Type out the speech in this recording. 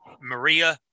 Maria